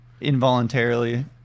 Involuntarily